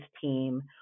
team